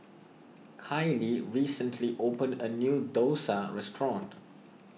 Kailee recently opened a new Dosa restaurant